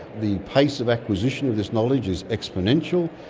the pace of acquisition of this knowledge is exponential,